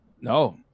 No